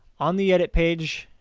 on the edit page,